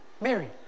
Mary